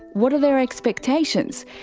what are their expectations?